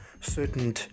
certain